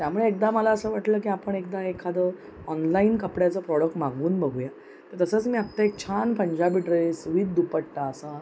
त्यामुळे एकदा मला असं वाटलं की आपण एकदा एखादं ऑनलाईन कपड्याचं प्रॉडक्ट मागवून बघूया तर तसंच मी आत्ता एक छान पंजाबी ड्रेस विद दुपट्टा असा